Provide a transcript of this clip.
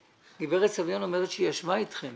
גברת סביון אומרת שהיא ישבה אתכם